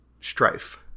strife